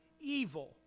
evil